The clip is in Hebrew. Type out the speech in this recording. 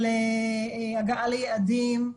על הגעה ליעדים.